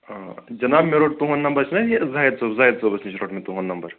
آ جِناب مےٚ روٚٹ تُہُنٛد نمبَر چھُنا یہِ زٲہِد صٲب زٲہِد صٲبس نِش روٚٹ مےٚ تُہُنٛد نمبَر